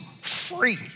free